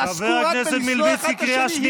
בושה.